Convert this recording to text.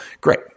Great